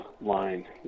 line